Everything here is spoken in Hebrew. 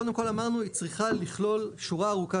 קודם כל אמרנו היא אמורה לכלול שורה ארוכה